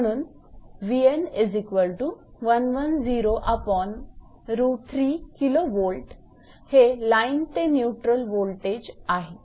म्हणून हे लाईन ते न्यूट्रल वोल्टेज आहे